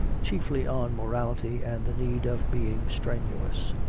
chiefly on morality and the need of being strenuous.